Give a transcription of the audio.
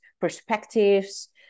perspectives